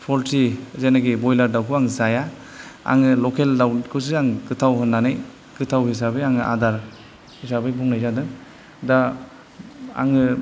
poultry जेनाखि ब्रइलार दाउखौ आं जाया आङो लकेल दाउखौसो आं गोथाव होननानै गोथाव हिसाबै आङो आदार हिसाबै बुंनाय जादों दा आङो